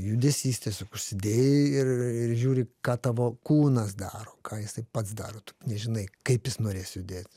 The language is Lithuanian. judesys tiesiog užsidėjai ir ir žiūri ką tavo kūnas daro ką jisai pats daro tu nežinai kaip jis norės judėti